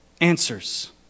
answers